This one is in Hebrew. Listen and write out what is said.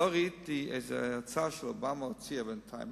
לא ראיתי איזה הצעה שאובמה הציע בינתיים.